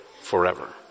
forever